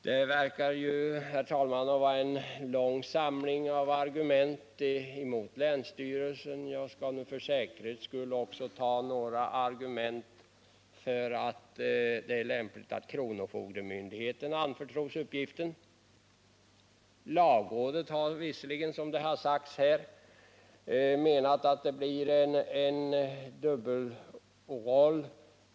Det verkar, herr talman, vara en lång samling argument emot länsstyrelsen. Jag skall för säkerhets skull också framföra några argument som visar lämpligheten av att kronofogdemyndigheten anförtros uppgiften. Lagrådet har visserligen, vilket har sagts i debatten, menat att tillsynsmyndigheten får en dubbelroll.